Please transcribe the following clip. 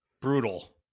brutal